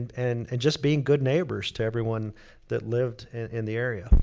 and and just being good neighbors to everyone that lived in the area. um